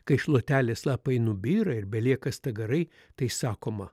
kai šluotelės lapai nubyra ir belieka stagarai tai sakoma